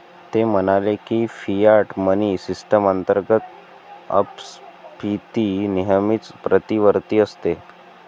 ते म्हणाले की, फियाट मनी सिस्टम अंतर्गत अपस्फीती नेहमीच प्रतिवर्ती असते